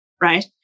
right